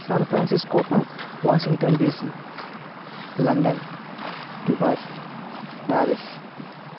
San Francisco Washington DC London Dubai Paris